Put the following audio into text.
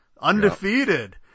undefeated